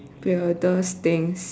weirdest things